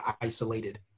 isolated